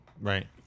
right